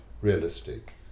realistic